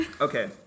Okay